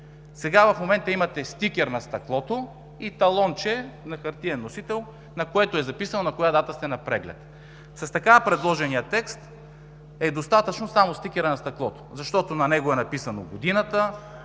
сега имате стикер на стъклото и талонче на хартиен носител, на което е записано на коя дата сте на преглед. С така предложения текст е достатъчен само стикерът на стъклото, защото на него е записана годината,